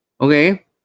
okay